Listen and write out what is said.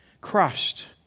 crushed